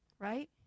right